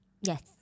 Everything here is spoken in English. Yes